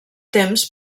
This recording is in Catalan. temps